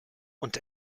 und